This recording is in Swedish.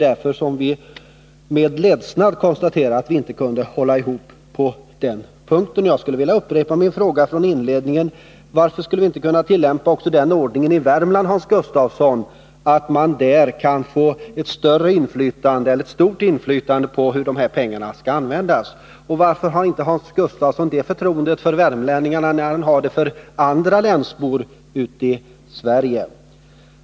Därför konstaterar vi med ledsnad att vi inte kunde hålla ihop på den punkten. Jag skulle vilja upprepa min fråga från inledningen: Varför skulle vi inte kunna tillämpa den ordningen också i Värmland, Hans Gustafsson, att man där kan få ett stort inflytande på hur pengarna skall användas? Varför har inte Hans Gustafsson det förtroendet för värmlänningarna, när han har det för andra länsbor i andra delar av Sverige?